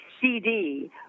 CD